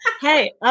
Hey